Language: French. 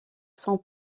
cents